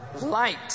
Light